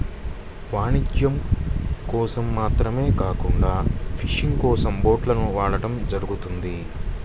వాణిజ్యం కోసం మాత్రమే కాకుండా ఫిషింగ్ కోసం బోట్లను వాడటం జరుగుతుంది